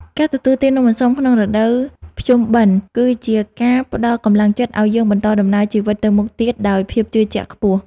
ការទទួលទាននំអន្សមក្នុងរដូវភ្ជុំបិណ្ឌគឺជាការផ្ដល់កម្លាំងចិត្តឱ្យយើងបន្តដំណើរជីវិតទៅមុខទៀតដោយភាពជឿជាក់ខ្ពស់។